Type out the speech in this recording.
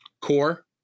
Core